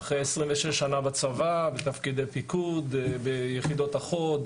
אחרי 26 שנה בצבא בתפקידי פיקוד ביחידות החוד,